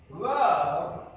Love